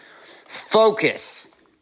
focus